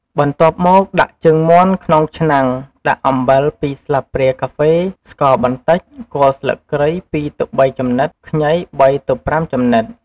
បន្ទាប់មកដាក់ជើងមាន់ក្នុងឆ្នាំង ដាក់អំបិល ២ ស្លាបព្រាកាហ្វេ ស្ករបន្តិច គល់ស្លឹកគ្រៃ ២ទៅ៣ ចំណិត ខ្ញី ៣ទៅ៥ ចំណិត។